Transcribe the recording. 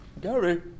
Gary